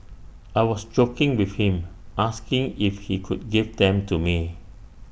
I was joking with him asking if he could give them to me